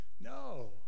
no